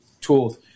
tools